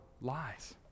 lies